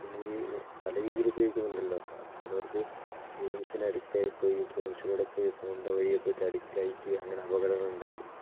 ഇതിനീ പല രീതിയിൽ ഉപയോഗിക്കുന്നുണ്ടല്ലോ അത് ചിലർക്ക് ഗെയിംസിന് അഡിക്റ്റായിപ്പോയി ഗെയിംസിലൂടെപ്പോയി ഫോണിൻ്റെ വഴിയേപ്പോയിട്ട് അഡിക്റ്റായിട്ട് അങ്ങനെ അപകടങ്ങൾ ഉണ്ടായീന്